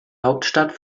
hauptstadt